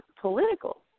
political